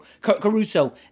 Caruso